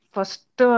First